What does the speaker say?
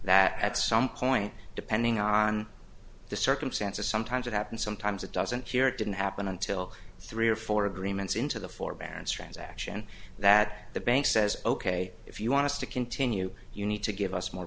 that at some point depending on the circumstances sometimes it happens sometimes it doesn't hear it didn't happen until three or four agreements into the forbearance transaction that the bank says ok if you want to continue you need to give us more